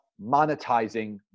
monetizing